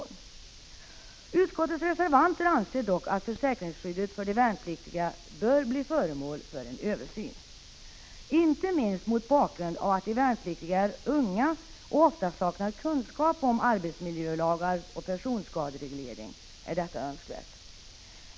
Vi reservanter i utskottet anser dock att försäkringsskyddet för de värnpliktiga bör bli föremål för en översyn. Inte minst mot bakgrund av att de värnpliktiga är unga och ofta saknar kunskap om arbetsmiljölagar och personskadereglering, är detta önskvärt.